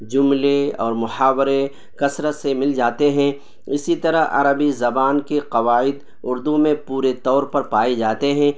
جملے اور محاورے کثرت سے مل جاتے ہیں اسی طرح عربی زبان کے قوائد اردو میں پورے طور پر پائے جاتے ہیں